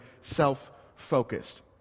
self-focused